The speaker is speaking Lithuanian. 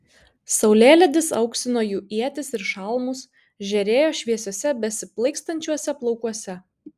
saulėlydis auksino jų ietis ir šalmus žėrėjo šviesiuose besiplaikstančiuose plaukuose